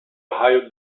ohio